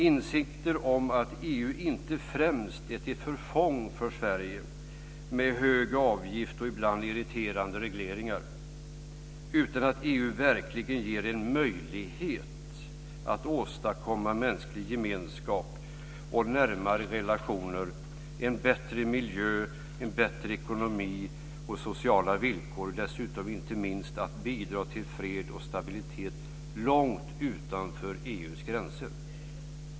Insikter om att EU inte främst är till förfång för Sverige, med hög avgift och ibland irriterande regleringar, utan att EU verkligen ger en möjlighet att åstadkomma mänsklig gemenskap och närmare relationer, bättre miljö, bättre ekonomi och sociala villkor och dessutom, inte minst, bidra till fred och stabilitet långt utanför EU:s gränser.